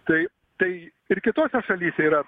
tai tai ir kitose šalyse yra